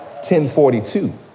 10.42